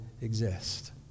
exist